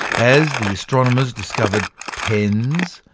as the astronomers discovered tens,